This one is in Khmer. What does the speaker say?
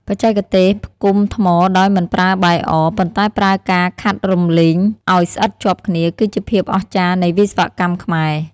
បច្ចេកទេសផ្គុំថ្មដោយមិនប្រើបាយអ ប៉ុន្តែប្រើការខាត់រំលីងឱ្យស្អិតជាប់គ្នា គឺជាភាពអស្ចារ្យនៃវិស្វកម្មខ្មែរ។